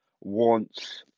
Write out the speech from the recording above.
wants